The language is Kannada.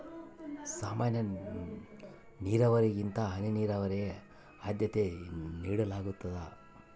ಸಾಮಾನ್ಯ ನೇರಾವರಿಗಿಂತ ಹನಿ ನೇರಾವರಿಗೆ ಆದ್ಯತೆ ನೇಡಲಾಗ್ತದ